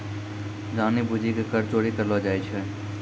जानि बुझि के कर चोरी करलो जाय छै